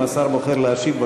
אם השר בוחר להשיב,